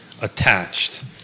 attached